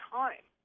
time